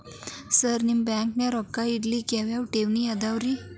Sir ನಿಮ್ಮ ಬ್ಯಾಂಕನಾಗ ರೊಕ್ಕ ಇಡಲಿಕ್ಕೆ ಯಾವ್ ಯಾವ್ ಠೇವಣಿ ಅವ ರಿ?